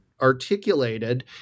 articulated